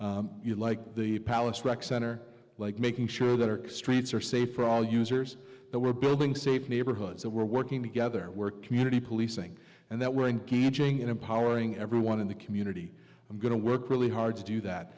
you like the palace rec center like making sure that our streets are safe for all users that we're building safe neighborhoods that we're working together we're community policing and that we're engaging in empowering everyone in the community i'm going to work really hard to do that